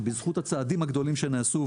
שבזכות הצעדים הגדולים שנעשו,